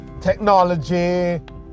technology